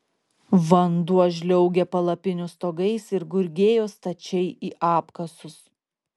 vanduo žliaugė palapinių stogais ir gurgėjo stačiai į apkasus